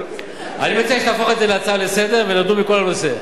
אני מציע שתהפוך את זה להצעה לסדר-היום ונדון בכל הנושא.